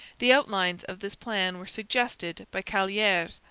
the outlines of this plan were suggested by callieres,